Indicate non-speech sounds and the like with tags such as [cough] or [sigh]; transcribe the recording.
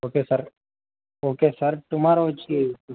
okay sir okay sir tomorrow వచ్చి [unintelligible]